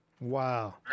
Wow